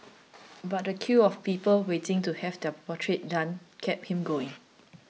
but the queue of people waiting to have their portrait done kept him going